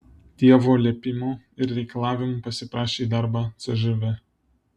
tėvo liepimu ir reikalavimu pasiprašė į darbą cžv